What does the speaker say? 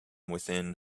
within